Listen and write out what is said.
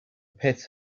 pit